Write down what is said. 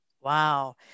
Wow